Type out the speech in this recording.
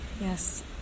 Yes